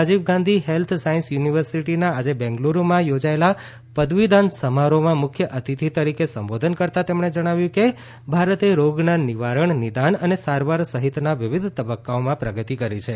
Rajiv Gandhi health science યુનિવર્સિટીના આજે બેંગલુરુમાં યોજાયેલા પદવીદાન સમારોહમાં મુખ્ય અતિથિ તરીકે સંબોધન કરતાં તેમણે જણાવ્યું કે ભારતે રોગના નિવારણ નિદાન અને સારવાર સહિતના વિવિધ તબક્કાઓમાં પ્રગતિ કરી છે